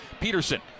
Peterson